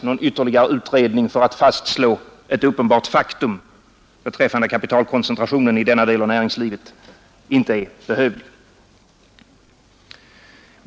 Någon ytterligare utredning för att fastslå ett uppenbart faktum beträffande kapitalkoncentration i denna del av näringslivet anser vi inte behövlig.